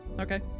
Okay